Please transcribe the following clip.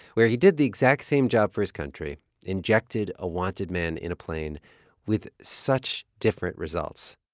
where he did the exact same job for his country injected a wanted man in a plane with such different results.